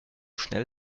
schnell